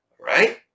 Right